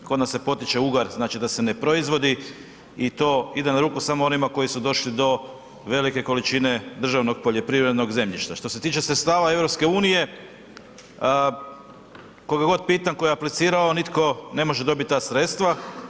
Kod nas se potiče ugar, znači da se ne proizvodi i to ide na ruku samo onima koji su došli do velike količine državnog poljoprivrednog zemljišta. što se tiče sredstava EU, koga kog pitam tko je aplicirao, nitko ne može dobiti ta sredstava.